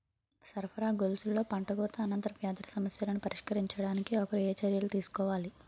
సరఫరా గొలుసులో పంటకోత అనంతర వ్యాధుల సమస్యలను పరిష్కరించడానికి ఒకరు ఏ చర్యలు తీసుకోవాలి?